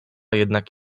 jednak